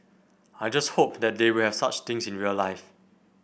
I just hope that they will have such things in real life